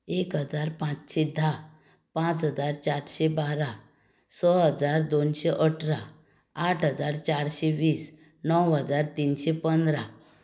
एक हजार पाचशें धा पांच हजार चारशें बारा स हजार दोनशे अठरा आठ हजार चारशें वीस णव हजार तिनशें पंदरा